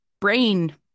brain